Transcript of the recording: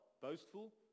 boastful